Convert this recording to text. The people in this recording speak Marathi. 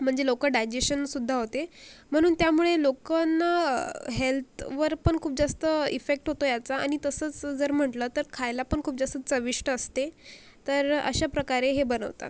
म्हणजे लवकर डायजेशनसुद्धा होते म्हणून त्यामुळे लोकांना हेल्थवर पण खूप जास्त इफेक्ट होतो याचा आणि तसंच जर म्हटलं तर खायलापण खूप जास्त चविष्ट असते तर अशा प्रकारे हे बनवतात